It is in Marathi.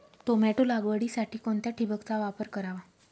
टोमॅटो लागवडीसाठी कोणत्या ठिबकचा वापर करावा?